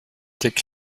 étaient